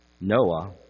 Noah